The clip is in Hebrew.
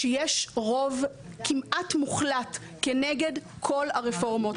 שיש רוב כמעט מוחלט כנגד כל הרפורמות,